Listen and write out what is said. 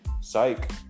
psych